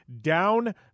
Down